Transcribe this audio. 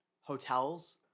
hotels